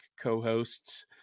co-hosts